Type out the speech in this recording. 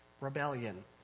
rebellion